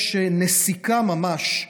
יש נסיקה ממש,